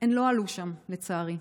הן לא עלו שם, לצערי.